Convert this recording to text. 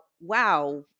wow